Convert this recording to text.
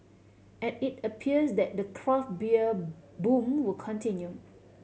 and it appears that the craft beer boom will continue